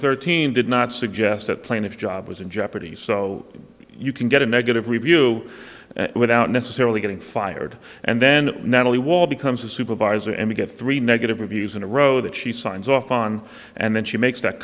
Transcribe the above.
third team did not suggest that plaintiff's job was in jeopardy so you can get a negative review without necessarily getting fired and then not only wall becomes a supervisor and we get three negative reviews in a row that she signs off on and then she makes that